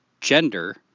gender